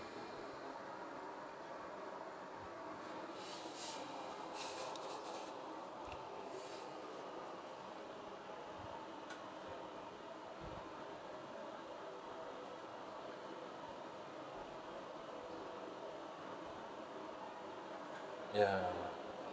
ya